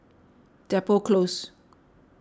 Depot Close